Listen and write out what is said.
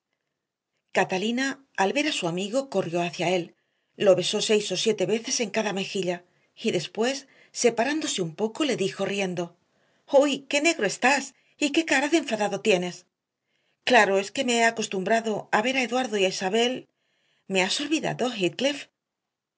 catalina al ver a su amigo corrió hacia él lo besó seis o siete veces en cada mejilla y después separándose un poco le dijo riendo huy qué negro estás y qué cara de enfadado tienes claro es que me he acostumbrado a ver a eduardo y a isabel me has olvidado